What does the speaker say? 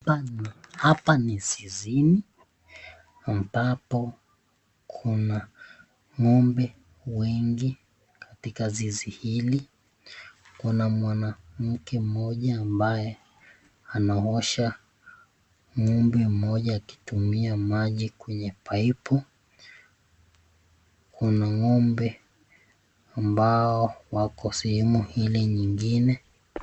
Hapa ni zizini, ambapo kuna ng'ombe wengi katika zizi hili. Kuna mwanamke moja ambaye anaosha ng'ombe moja akitumia maji kweny paipu. Kuna ng'ombe ambao wako sehemu hili nyingine.